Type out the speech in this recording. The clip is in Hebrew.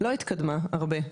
לא התקדמה הרבה.